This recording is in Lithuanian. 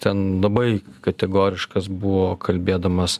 ten labai kategoriškas buvo kalbėdamas